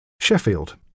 Sheffield